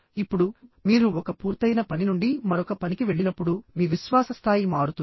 ఇప్పుడు మీరు ఒక పూర్తయిన పని నుండి మరొక పనికి వెళ్ళినప్పుడు మీ విశ్వాస స్థాయి మారుతుంది